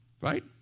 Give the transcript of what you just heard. Right